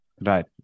Right